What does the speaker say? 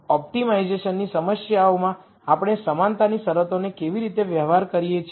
તેથી ઓપ્ટિમાઇઝેશન સમસ્યાઓમાં આપણે સમાનતાના શરતોનો કેવી રીતે વ્યવહાર કરીએ છીએ